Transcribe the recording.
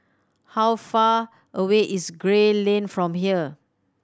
how far away is Gray Lane from here